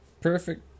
perfect